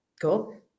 Cool